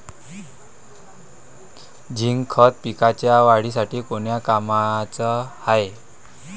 Zinc खत पिकाच्या वाढीसाठी कोन्या कामाचं हाये?